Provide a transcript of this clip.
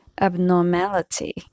abnormality